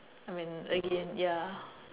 I mean again ya